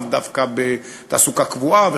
לאו דווקא בתעסוקה קבועה,